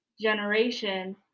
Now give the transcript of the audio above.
generation